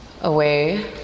away